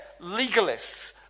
legalists